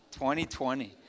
2020